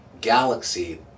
galaxy